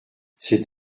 c’est